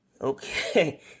Okay